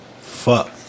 Fuck